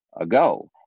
ago